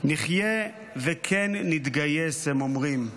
נחיה וכן נתגייס, הם אומרים.